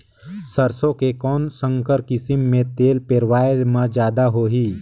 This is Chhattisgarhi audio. सरसो के कौन संकर किसम मे तेल पेरावाय म जादा होही?